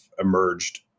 emerged